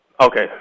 Okay